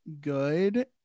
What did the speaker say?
good